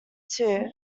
too